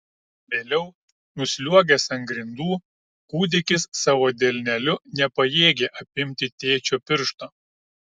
vėliau nusliuogęs ant grindų kūdikis savo delneliu nepajėgė apimti tėčio piršto